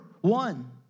one